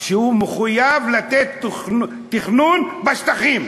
שהוא מחויב לתת תכנון בשטחים.